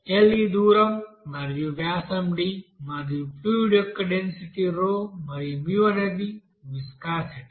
L ఈ దూరం మరియు వ్యాసం d మరియు ఫ్లూయిడ్ యొక్క డెన్సిటీ మరియు అనేది విస్కాసిటీ